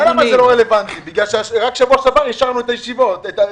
זה לא רלוונטי כי רק שבוע שעבר אישרנו את התקציב.